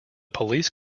police